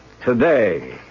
today